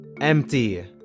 Empty